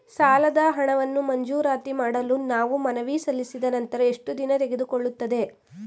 ಸಾಲದ ಹಣವನ್ನು ಮಂಜೂರಾತಿ ಮಾಡಲು ನಾವು ಮನವಿ ಸಲ್ಲಿಸಿದ ನಂತರ ಎಷ್ಟು ದಿನ ತೆಗೆದುಕೊಳ್ಳುತ್ತದೆ?